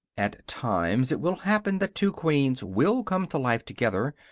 at times it will happen that two queens will come to life together,